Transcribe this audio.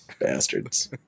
Bastards